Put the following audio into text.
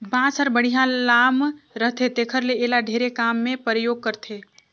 बांस हर बड़िहा लाम रहथे तेखर ले एला ढेरे काम मे परयोग करथे